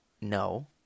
No